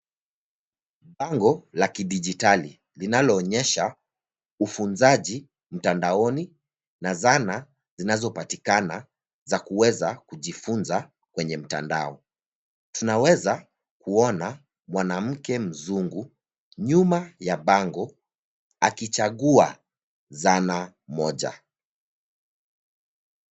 Bango la kidijitali linaloonyesha ufunzaji mtandaoni na zana zinazopatikana za kuweza kujifunza kwenye matandao. Tunaweza kuona mwanamke mzungu nyuma ya bango akichagua zana moja.